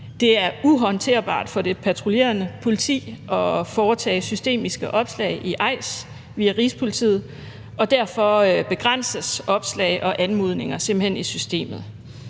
det er uhåndterbart for det patruljerende politi at foretage systematiske opslag i via Rigspolitiet, og derfor begrænses opslag og anmodninger i systemet